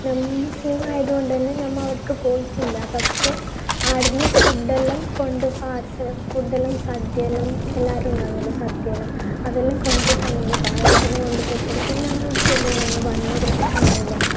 ഞാൻ മുസ്ലിമായതു കൊണ്ടു തന്നെ ഞമ്മ അവിടേക്ക് പോയിട്ടില്ല പക്ഷേ ആട്ന്ന് ഫുഡെല്ലാം കൊണ്ടു പാഴ്സൽ ഫുഡെല്ലാം സദ്യയെല്ലാം എല്ലാവരും ഉണ്ടാകുമല്ലോ സദ്യയെല്ലാം അതെല്ലാം കൊണ്ടു തന്ന്ന് പായസം എല്ലാം കൊണ്ട്തക്ക്ണ് പിന്നെ ഞങ്ങൾ ആടെ ചെല്ലും നിങ്ങൾ വന്നോ പ്രശ്നമൊന്നുമില്ല